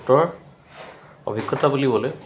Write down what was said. গোটৰ অভিজ্ঞতা বুলিবলৈ